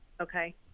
Okay